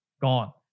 gone